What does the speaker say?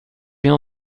bien